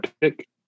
pick